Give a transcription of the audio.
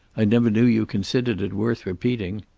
i never knew you considered it worth repeating.